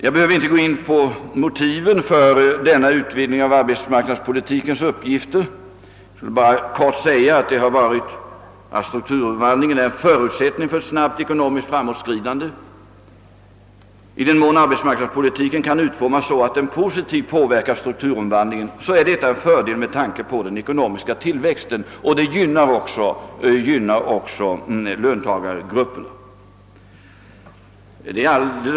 Jag behöver inte gå in på motiven för denna utvidgning av arbetsmarknadspolitikens uppgifter. Jag vill bara kort säga att strukturomvandlingen är förutsättningen för ett snabbt ekonomiskt framåtskridande. I den mån arbetsmarknadspolitiken kan utformas så, att den positivt påverkar strukturomvandlingen, är detta en fördel med tanke på den ekonomiska tillväxten, och det gynnar även löntagargruppen.